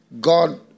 God